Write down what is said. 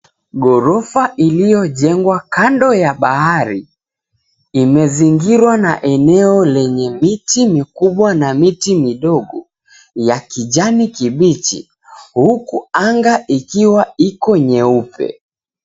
Ghorofa iliyojengwa kando ya bahari, imezingirwa na eneo lenye miti mikubwa na miti midogo ya kijani kibichi huku anga ikiwa iko nyeupe.